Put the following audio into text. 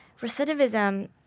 recidivism